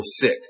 thick